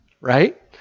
Right